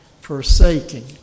forsaking